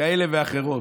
כאלה ואחרות.